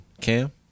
Cam